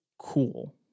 Cool